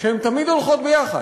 שהן תמיד הולכות ביחד: